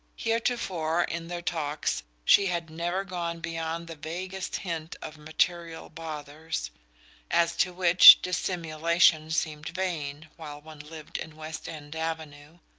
heretofore, in their talks, she had never gone beyond the vaguest hint of material bothers as to which dissimulation seemed vain while one lived in west end avenue!